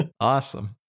Awesome